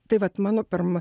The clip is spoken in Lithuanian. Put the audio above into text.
tai vat mano pirm